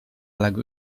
lagu